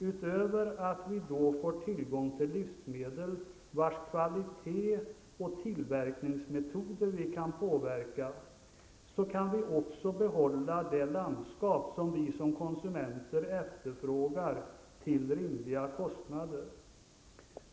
Utöver att vi då får tillgång till livsmedel, vars kvalitet och tillverkningsmetoder vi kan påverka, så kan vi också behålla det landskap som vi som konsumenter efterfrågar till rimliga kostnader.